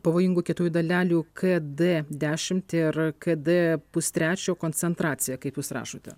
pavojingų kietųjų dalelių k d dešimt ir k d pustrečio koncentracija kaip jūs rašote